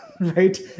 right